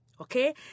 Okay